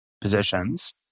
positions